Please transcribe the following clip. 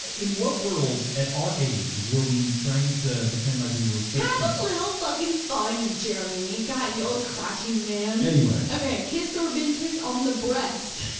in what world at our age, were we trying to pretend like we were fourteen? have a little fucking fun jeremy, god you old crotchety man. anyway. okay, kissed or been kissed on the breast.